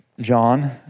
John